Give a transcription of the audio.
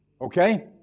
Okay